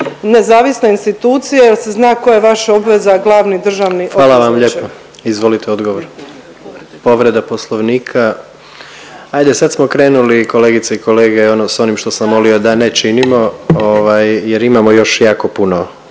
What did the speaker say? nezavisne institucije jer se zna koja je obveza glavni državni odvjetniče. **Jandroković, Gordan (HDZ)** Hvala vam lijepa. Izvolite odgovor. Povreda Poslovnika. Hajde sad smo krenuli kolegice i kolege ono sa onim što sam molio da ne činimo, jer imamo još jako puno